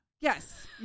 Yes